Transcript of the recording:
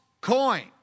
coin